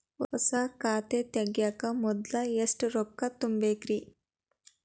ಹೊಸಾ ಖಾತೆ ತಗ್ಯಾಕ ಮೊದ್ಲ ಎಷ್ಟ ರೊಕ್ಕಾ ತುಂಬೇಕ್ರಿ?